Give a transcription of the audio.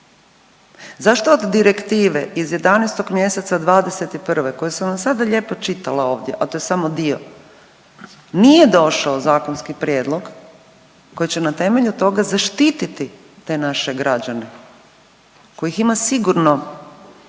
Zašto od direktive iz 11. mjeseca '21. koji sam vam sada lijepo čitala ovdje, a to je samo dio nije došao zakonski prijedlog koji će na temelju toga zaštititi te naše građane kojih ima sigurno